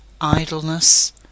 idleness